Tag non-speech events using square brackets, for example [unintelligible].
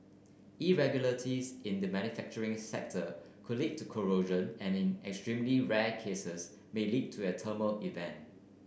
irregularities in the manufacturing [unintelligible] could lead to corrosion and in extremely rare cases may lead to a thermal event